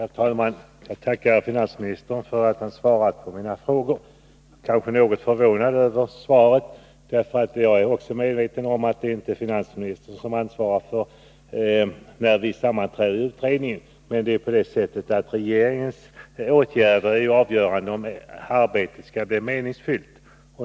Herr talman! Jag tackar finansministern för att han svarat på mina frågor. Jag är något förvånad över svaret. Jag är också medveten om att det inte är finansministern som ansvarar för när vi sammanträder i utredningen. Men det är regeringens åtgärder som är avgörande för om arbetet skall bli meningsfyllt.